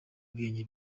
bwenge